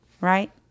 right